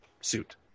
suit